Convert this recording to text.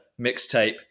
Mixtape